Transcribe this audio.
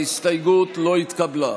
ההסתייגות לא התקבלה.